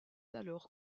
alors